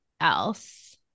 else